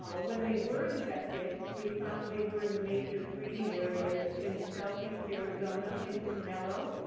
ah when they were infected, we found they were in the major breeding areas in southeast arizona, in canelo.